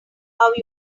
how